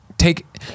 Take